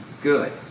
good